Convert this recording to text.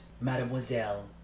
mademoiselle